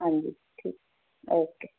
ਹਾਂਜੀ ਠੀਕ ਓਕੇ